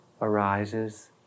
arises